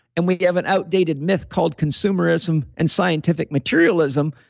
and we have an outdated myth called consumerism and scientific materialism.